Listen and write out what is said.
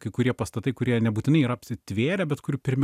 kai kurie pastatai kurie nebūtinai yra apsitvėrę bet kurių pirmi